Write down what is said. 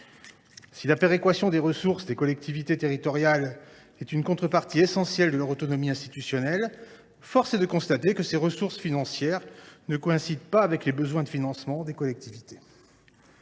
Si la péréquation des ressources des collectivités territoriales est une contrepartie essentielle de leur autonomie institutionnelle, force est de constater que ces ressources financières ne coïncident pas avec leurs besoins de financement. Bien sûr, ce n’est